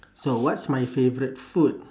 so what's my favourite food